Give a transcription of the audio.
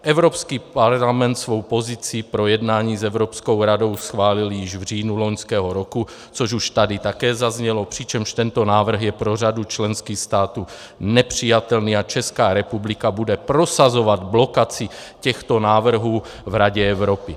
Evropský parlament svou pozici pro jednání s Evropskou radou schválil již v říjnu loňského roku, což už tady také zaznělo, přičemž tento návrh je pro řadu členských států nepřijatelný, a Česká republika bude prosazovat blokaci těchto návrhů v Radě Evropy.